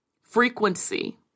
frequency